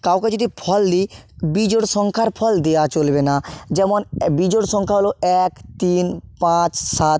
কাউকে যদি ফল দিই বিজোড় সংখ্যার ফল দেওয়া চলবে না যেমন বিজোড় সংখ্যা হল এক তিন পাঁচ সাত